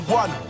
one